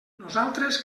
nosaltres